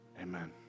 amen